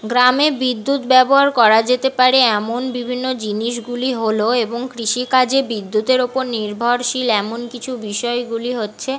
গ্রামে বিদ্যুৎ ব্যবহার করা যেতে পারে এমন বিভিন্ন জিনিসগুলি হলো এবং কৃষিকাজে বিদ্যুতের ওপর নির্ভরশীল এমন কিছু বিষয়গুলি হচ্ছে